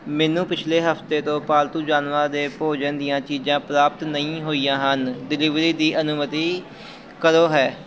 ਮੈਨੂੰ ਪਿਛਲੇ ਹਫ਼ਤੇ ਤੋਂ ਪਾਲਤੂ ਜਾਨਵਰਾਂ ਦੇ ਭੋਜਨ ਦੀਆਂ ਚੀਜ਼ਾਂ ਪ੍ਰਾਪਤ ਨਹੀਂ ਹੋਈਆ ਹਨ ਡਿਲੀਵਰੀ ਦੀ ਅਨੁਮਤੀ ਕਦੋਂ ਹੈ